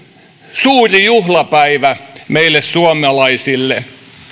suuri juhlapäivä meille suomalaisille